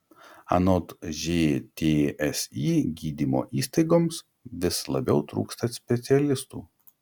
anot žtsi gydymo įstaigoms vis labiau trūksta specialistų